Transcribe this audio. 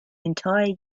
entire